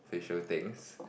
facial things